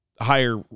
higher